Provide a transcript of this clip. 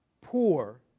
poor